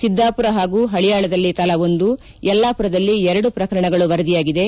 ಸಿದ್ದಾಮರ ಹಾಗೂ ಪಳಿಯಾಳದಲ್ಲಿ ತಲಾ ಒಂದು ಯಲ್ಲಾಮರದಲ್ಲಿ ಎರಡು ಪ್ರಕರಣಗಳು ವರದಿಯಾಗಿದೆ